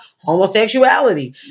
homosexuality